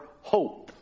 hope